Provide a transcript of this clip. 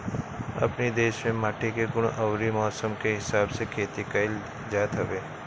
अपनी देस में माटी के गुण अउरी मौसम के हिसाब से खेती कइल जात हवे